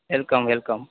welcome welcome